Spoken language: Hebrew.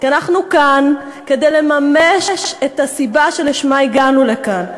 כי אנחנו כאן כדי לממש את הסיבה שלשמה הגענו לכאן.